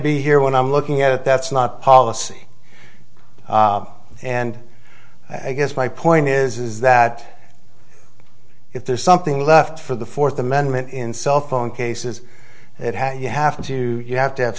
be here when i'm looking at that's not policy and i guess my point is is that if there's something left for the fourth amendment in cellphone cases it has you have to you have to have